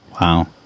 Wow